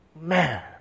man